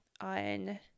on